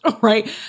right